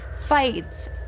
fights